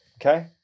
Okay